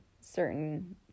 certain